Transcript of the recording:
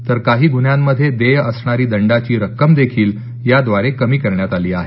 तर काही गुन्ह्यांमध्ये देय असणारी दंडाची रक्कम देखील याद्वारे कमी करण्यात आली आहे